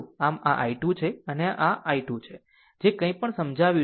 આમ આ i 2 છે અને આ i 2 છે જે કંઈપણ સમજાવ્યું છે